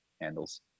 handles